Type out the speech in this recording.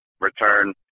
return